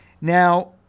Now